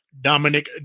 Dominic